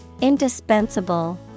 Indispensable